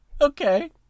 Okay